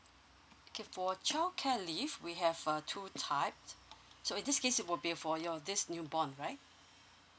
okay for childcare leave we have uh two type so in this case it will be able for your this new born right